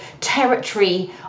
territory